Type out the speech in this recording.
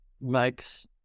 makes